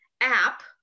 app